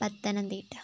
Pathanamthitta